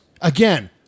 Again